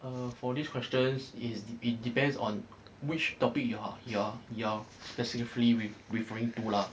err for this questions is it depends on which topic you're you're you're specifically re~ referring to lah